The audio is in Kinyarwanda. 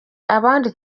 abandi